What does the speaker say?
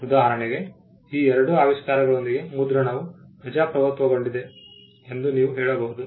ಉದಾಹರಣೆಗೆ ಈ ಎರಡು ಆವಿಷ್ಕಾರಗಳೊಂದಿಗೆ ಮುದ್ರಣವು ಪ್ರಜಾಪ್ರಭುತ್ವಗೊಂಡಿದೆ ಎಂದು ನೀವು ಹೇಳಬಹುದು